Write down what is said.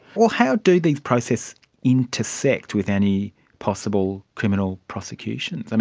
well, how do these processes intersect with any possible criminal prosecution?